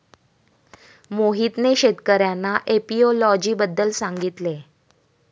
मोहितने शेतकर्यांना एपियोलॉजी बद्दल सांगितले